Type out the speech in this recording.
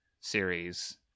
series